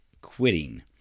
quitting